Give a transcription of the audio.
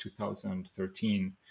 2013